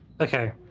okay